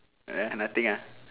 um nothing ah